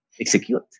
execute